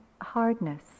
hardness